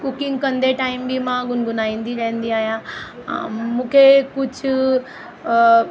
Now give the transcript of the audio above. cooking कंदे time बि मां गुनगुनाईंदी रहंदी आहियां मुखे कुछ